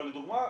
אבל לדוגמה,